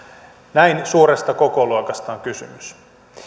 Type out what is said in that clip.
näin suuresta kokoluokasta on kysymys